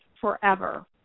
forever